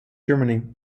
germany